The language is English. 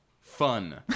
fun